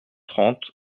trente